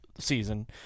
season